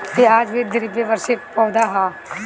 प्याज भी द्विवर्षी पौधा हअ